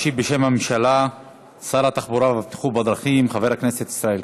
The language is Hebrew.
ישיב בשם הממשלה שר התחבורה והבטיחות בדרכים חבר הכנסת ישראל כץ.